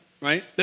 right